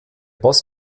boss